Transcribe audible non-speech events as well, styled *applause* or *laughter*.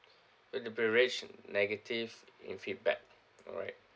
*breath* food and beverage negative in feedback alright